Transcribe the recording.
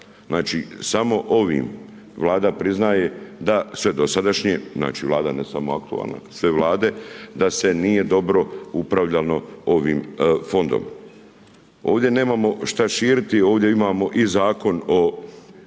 Znači, samo ovim Vlada priznaje, da sve dosadašnje, znači vlada, ne samo aktualna, nego sve vlade da se nije dobro upravljalo ovim fondom. Ovdje nemamo šta širiti, ovdje imamo i Zakon o